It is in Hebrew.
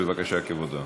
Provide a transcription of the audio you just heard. בבקשה, כבודו.